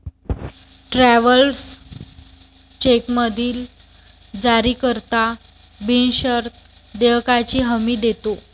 travellers चेकमधील जारीकर्ता बिनशर्त देयकाची हमी देतो